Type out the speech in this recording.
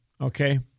okay